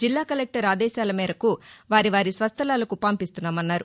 జిల్లా కలెక్లర్ ఆదేశాల మేరకు వారి వారి స్వస్థలాలకు పంపిస్తున్నామన్నారు